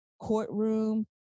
courtroom